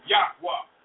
Yahweh